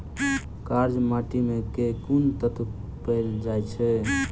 कार्य माटि मे केँ कुन तत्व पैल जाय छै?